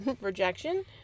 rejection